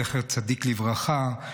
זכר צדיק לברכה,